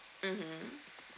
mmhmm